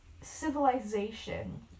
civilization